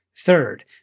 Third